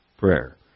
prayer